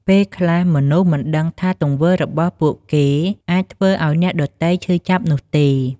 ពេលខ្លះ មនុស្សមិនដឹងថាទង្វើរបស់ពួកគេអាចធ្វើឱ្យអ្នកដទៃឈឺចាប់នោះទេ។